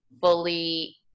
fully